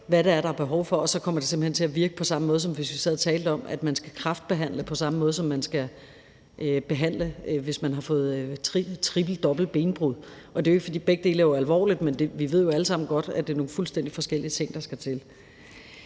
er, der er behov for, og så kommer det simpelt hen til at virke på samme måde, som hvis vi sad og talte om, at man skal behandle kræft på samme måde, som man behandler et dobbelt benbrud. Begge dele er alvorligt, men vi ved jo alle sammen godt, at det er nogle fuldstændig forskellige ting, der skal til.